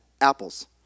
apples